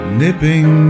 nipping